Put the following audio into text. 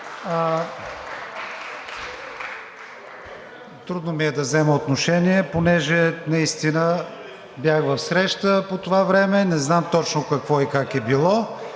трудно ми е да взема отношение, понеже наистина бях в среща по това време, не знам точно какво и как е било.